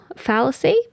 fallacy